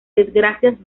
desgracias